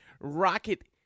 Rocket